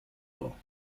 law